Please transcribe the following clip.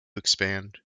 expand